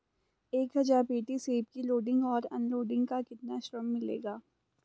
एक हज़ार पेटी सेब की लोडिंग और अनलोडिंग का कितना श्रम मिलेगा?